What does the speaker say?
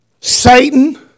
Satan